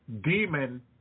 Demon